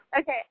Okay